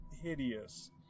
hideous